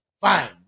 Fine